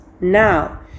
Now